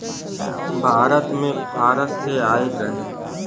भारत मे फारस से आइल रहे